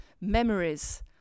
memories